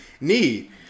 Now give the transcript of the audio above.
Need